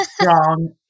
strong